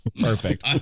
Perfect